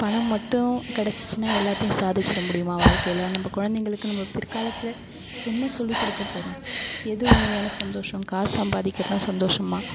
பணம் மட்டும் கிடச்சிச்சின்னா எல்லாத்தையும் சாதிச்சிட முடியுமா வாழ்க்கையில் நம்ப குழந்தைங்களுக்கு நம்ப பிற்காலத்தில் என்ன சொல்லிக் கொடுக்கப் போகறோம் எது உண்மையாக சந்தோஷம் காசு சம்பாதிக்கிறது தான் சந்தோஷமாக